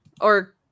Or-